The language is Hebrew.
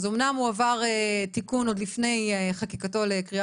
אומנם הוא עבר תיקון עוד לפני חקיקתו לקריאה